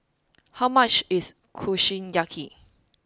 how much is Kushiyaki